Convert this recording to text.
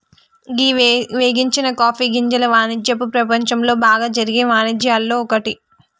గీ వేగించని కాఫీ గింజల వానిజ్యపు ప్రపంచంలో బాగా జరిగే వానిజ్యాల్లో ఒక్కటి